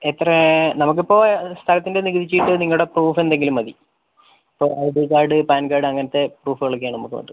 എത്രയാണ് നമുക്ക് ഇപ്പോൾ സ്ഥലത്തിൻ്റെ നികുതിച്ചീട്ട് നിങ്ങളുടെ പ്രൂഫ് എന്തെങ്കിലും മതി ഇപ്പോൾ I D card PAN card അങ്ങനത്തെ പ്രൂഫുകളൊക്കെ ആണ് നമുക്ക് വേണ്ടത്